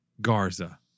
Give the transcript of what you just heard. Garza